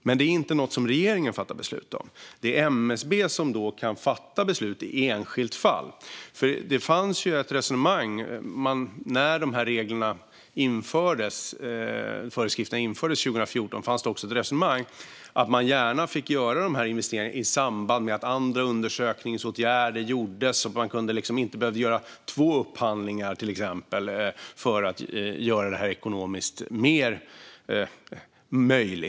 Det är dock inte något som regeringen fattar beslut om; det är MSB som kan fatta beslut i enskilda fall. Det fanns ju ett resonemang när föreskrifterna infördes 2014 om att man gärna fick göra dessa investeringar i samband med att andra undersökningsåtgärder gjordes så att man inte behövde göra exempelvis två upphandlingar, detta för att göra det här mer möjligt ekonomiskt.